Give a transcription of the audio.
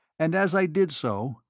and as i did so,